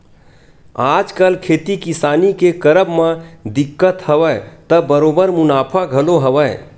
आजकल खेती किसानी के करब म दिक्कत हवय त बरोबर मुनाफा घलो हवय